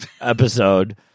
episode